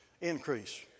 increase